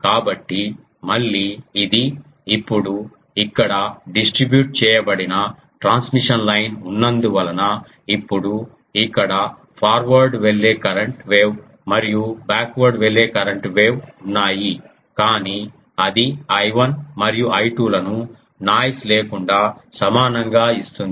కాబట్టి మళ్ళీ ఇది ఇప్పుడు ఇక్కడ డిస్ట్రిబ్యూట్ చేయబడిన ట్రాన్స్మిషన్ లైన్ ఉన్నందువలన ఇప్పుడు ఇక్కడ ఫార్వర్డ్ వెళ్లే కరెంట్ వేవ్ మరియు బ్యాక్వర్డ్ వెళ్లే కరెంట్ వేవ్ ఉన్నాయి కానీ అది I1 మరియు I2 లను నాయిస్ లేకుండా సమానంగా ఇస్తుంది